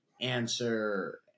answer